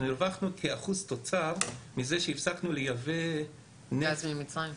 אנחנו הרווחנו כ-1% תוצר מזה שהפסקנו לייבא -- גז ממצרים.